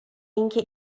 اینکه